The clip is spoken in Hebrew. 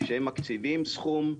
שהם מקציבים סכום,